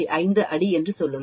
5 அடி என்று சொல்லுங்கள்